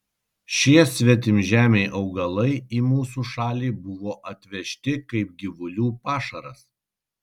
šie svetimžemiai augalai į mūsų šalį buvo atvežti kaip gyvulių pašaras